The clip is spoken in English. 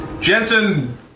Jensen